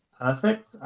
perfect